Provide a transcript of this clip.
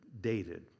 dated